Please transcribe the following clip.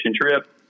trip